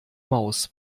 maus